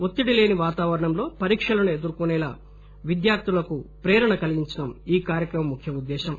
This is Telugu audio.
ఒత్తిడి లేని వాతావరణంలో పరీక్షలను ఎదుర్కొనేలా విద్యార్థులకు ప్రోద్బలం ప్రేరణ కలిగించడం ఈ కార్యక్రమం ముఖ్య ఉద్దేశ్యం